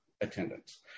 attendance